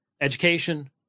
education